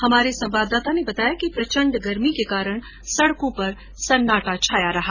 हमारे संवाददाता ने बताया कि प्रचण्ड गर्मी के कारण सडकों पर सन्नाटा छाया रहा